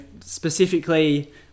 specifically